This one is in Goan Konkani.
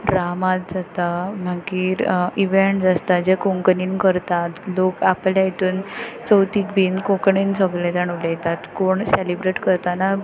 ड्रामाज जाता मागीर इवँट्स आसता जे कोंकणीन करतात लोक आपले हेतून चवथीक बीन कोंकणीन सगळे जाण उलयतात कोण सॅलब्रेट करताना